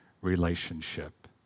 relationship